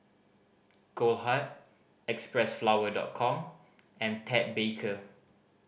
Goldheart Xpressflower Dot Com and Ted Baker